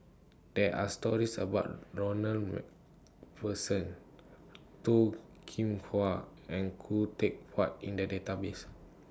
There Are stories about Ronald Wet Person Toh Kim Hwa and Khoo Teck Puat in The Database